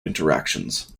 interactions